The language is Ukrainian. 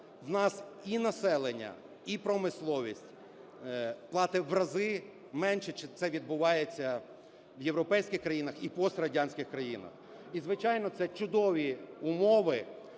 У нас і населення, і промисловість платить в рази менше, чим це відбувається в європейських країнах і пострадянських країнах. І, звичайно, це чудові умови